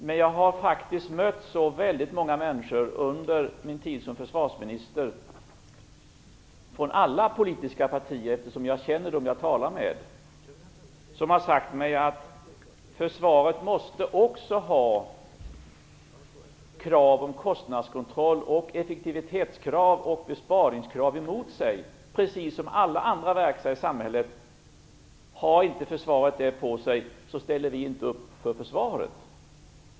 Men jag har faktiskt under min tid som försvarsminister mött så väldigt många människor från alla politiska partier - eftersom jag känner dem jag talar med - som har sagt att försvaret också måste ha krav på kostnadskontroll, effektivitet och besparingar emot sig precis som alla andra verksamheter i samhället. Har inte försvaret sådana krav på sig, ställer man inte upp för försvaret.